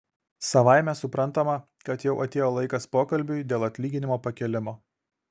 savaime suprantama kad jau atėjo laikas pokalbiui dėl atlyginimo pakėlimo